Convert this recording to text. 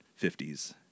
50s